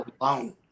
alone